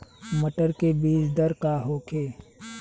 मटर के बीज दर का होखे?